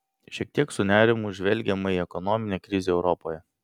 šiek tiek su nerimu žvelgiama į ekonominę krizę europoje